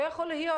לא יכול להיות,